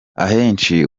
ahenshi